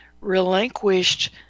relinquished